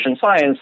science